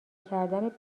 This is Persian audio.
کردن